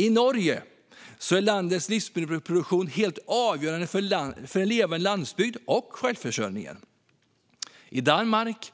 I Norge är landets livsmedelsproduktion helt avgörande för en levande landsbygd och för självförsörjningen. I Danmark